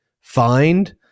find